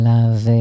Love